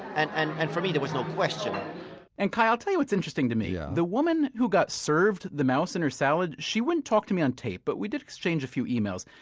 and and and for me, there was no question and kai, i'll tell you what's interesting to me yeah the woman who got served the mouse in her salad? she wouldn't talk to me on tape, but we did exchange a few emails.